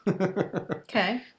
Okay